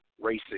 racing